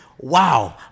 wow